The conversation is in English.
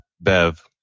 Bev